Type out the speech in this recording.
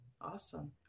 Awesome